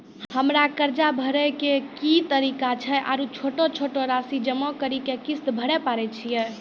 हमरा कर्ज भरे के की तरीका छै आरू छोटो छोटो रासि जमा करि के किस्त भरे पारे छियै?